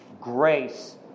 grace